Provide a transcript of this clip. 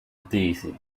daisy